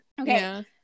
Okay